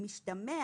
משתמע